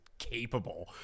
capable